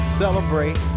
celebrate